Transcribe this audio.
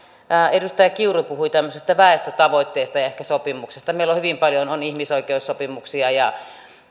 edustaja kiuru puhui tämmöisestä väestötavoitteesta ja ehkä sopimuksesta meillä on hyvin paljon erilaisia sopimuksia on ihmisoikeussopimuksia ja